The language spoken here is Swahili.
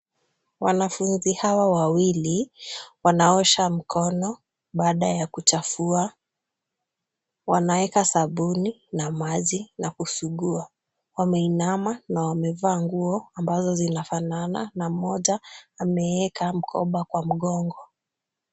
Wanafunzi hawa wawili wanaosha mkono baada ya kuchafua. Wanaeka sabuni na maji na kusugua. Wameinama na wamevaa nguo ambazo zinafanana na mmoja ameweka mkoba kwa mgongo.